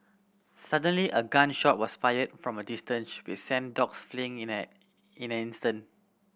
suddenly a gun shot was fired from a distance which sent dogs fleeing in an in an instant